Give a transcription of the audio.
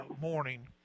morning